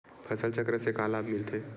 फसल चक्र से का लाभ मिलथे?